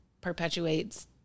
perpetuates